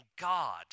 God